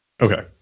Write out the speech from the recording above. Okay